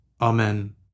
Amen